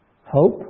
Hope